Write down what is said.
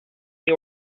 you